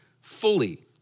fully